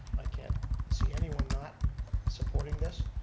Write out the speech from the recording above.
i can't see anyone not supporting this.